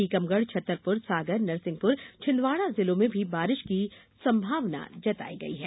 टीकमगढ़ छतरपुर सागर नरसिंहपुर छिन्दवाड़ा जिलों में भी बारिश की संभावना जताई गई है